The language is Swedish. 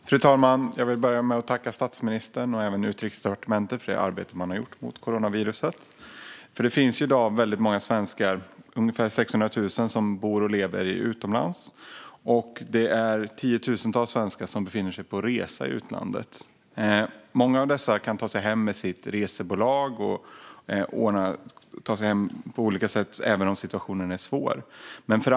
Fru talman! Jag vill börja med att tacka statsministern och även Utrikesdepartementet för det arbete man har gjort mot coronaviruset. Väldigt många svenskar, ungefär 600 000, bor och lever i dag utomlands. Tiotusentals svenskar befinner sig också på resa i utlandet. Många av dessa kan ta sig hem med sitt resebolag eller på andra sätt även om situationen är svår.